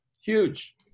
Huge